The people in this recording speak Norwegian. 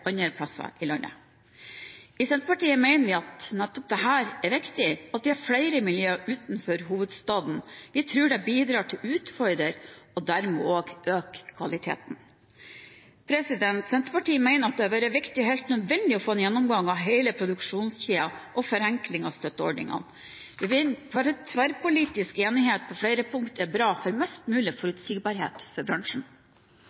andre steder i landet. I Senterpartiet mener vi nettopp dette er viktig: at vi har flere miljøer utenfor hovedstaden. Vi tror det bidrar til å utfordre og dermed også øke kvaliteten. Senterpartiet mener det har vært viktig og helt nødvendig å få en gjennomgang av hele produksjonskjeden og forenkling av støtteordningene. Vi mener tverrpolitisk enighet på flere punkt er bra – for mest mulig forutsigbarhet for bransjen.